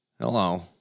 hello